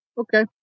okay